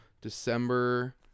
December